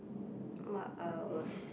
what I was